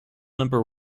number